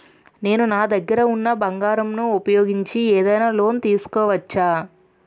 నేను నా దగ్గర ఉన్న బంగారం ను ఉపయోగించి ఏదైనా లోన్ తీసుకోవచ్చా?